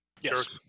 Yes